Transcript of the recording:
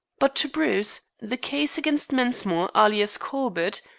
but to bruce the case against mensmore, alias corbett,